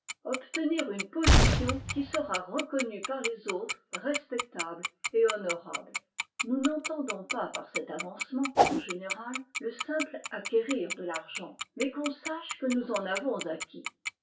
obtenir une position qui sera reconnue par les autres respectable et honorable i nous n'entendons pas par cet avancement en général le simple acquérir de l'argent mais qu'on sache que nous en avons acquis